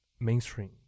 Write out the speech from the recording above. mainstream